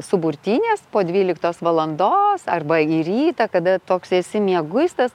suburtynės po dvyliktos valandos arba į rytą kada toks esi mieguistas